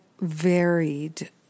varied